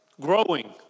growing